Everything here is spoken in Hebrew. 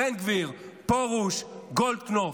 בן גביר, פרוש, גולדקנופ.